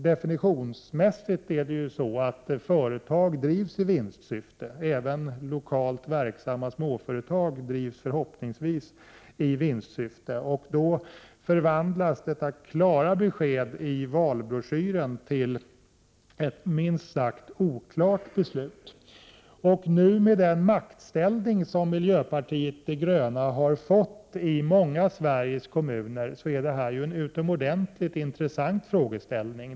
Definitionsmässigt är det ju så att företag drivs i vinstsyfte. Även lokalt verksamma småföretag drivs förhoppningsvis i vinstsyfte. Då förvandlas detta klara besked i valbroschyren till ett milt sagt oklart besked. Med hänsyn till den maktställning som miljöpartiet de gröna nu har fått i många av Sveriges kommuner är ju detta en utomordentligt intressant frågeställning.